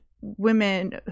women